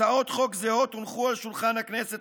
הצעות חוק זהות הונחו על שולחן הכנסת